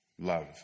love